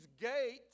gate